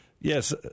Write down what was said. Yes